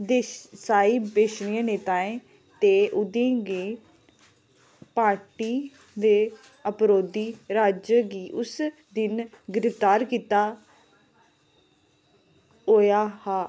देसाई विपक्षी नेताएं ते उं'दी गै पार्टी दे अबरोधी राज्यें गी उस दिन गिरफ्तार कीता होआ हा